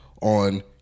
on